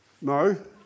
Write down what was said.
No